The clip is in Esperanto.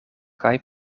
kaj